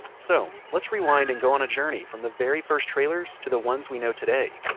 so let's rewind and go on a journey from the very first trailers to the ones we know today